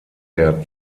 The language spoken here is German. der